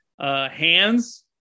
hands